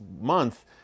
month